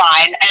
fine